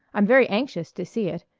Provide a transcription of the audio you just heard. i'm very anxious to see it.